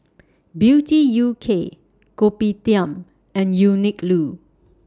Beauty U K Kopitiam and Uniqlo